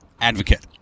advocate